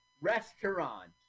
restaurant